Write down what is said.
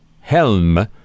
Helm